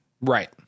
Right